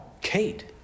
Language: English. Kate